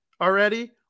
already